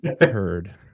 Heard